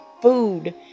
food